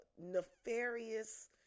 nefarious